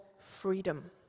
freedom